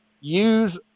use